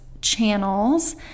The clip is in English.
channels